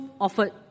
offered